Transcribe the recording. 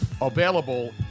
available